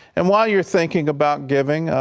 and while you're thinking about giving,